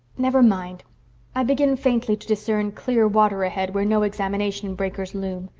never mind i begin faintly to discern clear water ahead where no examination breakers loom.